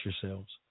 yourselves